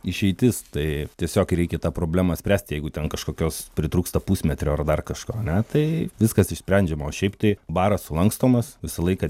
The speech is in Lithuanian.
išeitis tai tiesiog reikia tą problemą spręsti jeigu ten kažkokios pritrūksta pusmetrio ar dar kažko ane tai viskas išsprendžiama o šiaip tai baras sulankstomas visą laiką